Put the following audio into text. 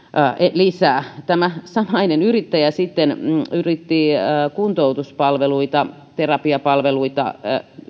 lisää tämä samainen yrittäjä yritti sitten tuottaa kuntoutuspalveluita terapiapalveluita